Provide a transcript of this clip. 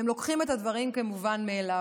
הם לוקחים את הדברים כמובן מאליו.